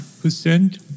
percent